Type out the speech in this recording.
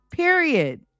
period